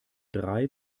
drei